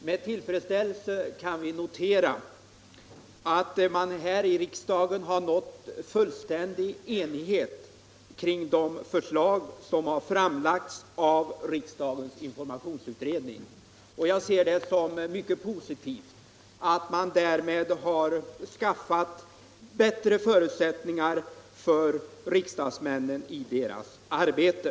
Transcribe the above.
Med tillfredsställelse kan vi notera att man här i riksdagen har nått fullständig enighet kring de förslag som framlagts av riksdagens informationsutredning. Jag ser det som mycket positivt att man därmed har skapat bättre förutsättningar för riksdagsmännen i deras arbete.